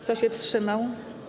Kto się wstrzymał?